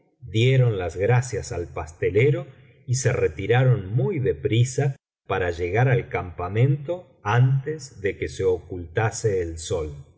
dieron las gracias al pastelero y se retiraron muy de prisa para llegar al campamento antes de que se ocultase el sol